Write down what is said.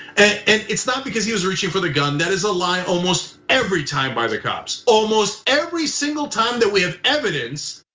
and it's not because he was reaching for the gun, that is a lie almost every time by the cops. almost every single time that we have evidence,